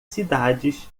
cidades